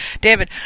David